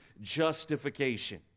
justification